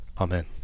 Amen